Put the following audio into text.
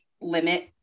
limit